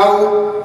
ולכן הרב אליהו,